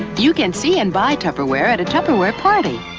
you can see and buy tupperware at a tupperware party.